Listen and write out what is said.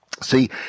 See